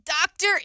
doctor